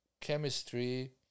chemistry